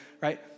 right